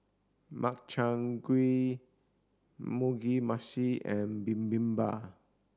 Makchang Gui Mugi Meshi and Bibimbap